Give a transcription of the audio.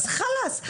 אז חלאס,